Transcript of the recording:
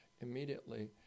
immediately